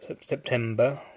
September